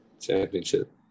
Championship